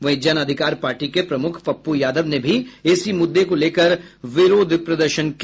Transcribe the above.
वहीं जन अधिकार पार्टी के प्रमुख पप्पू यादव ने भी इसी मुद्दे को लेकर विरोध प्रदर्शन किया